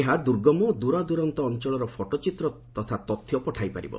ଏହା ଦୁର୍ଗମ ଓ ଦୂରାଦୂରନ୍ତ ଅଞ୍ଚଳର ଫଟୋ ଚିତ୍ର ତଥା ତଥ୍ୟ ପଠାଇ ପାରିବ